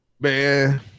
Man